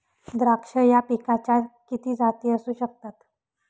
द्राक्ष या पिकाच्या किती जाती असू शकतात?